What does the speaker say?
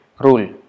rule